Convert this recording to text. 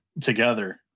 together